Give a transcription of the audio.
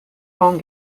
home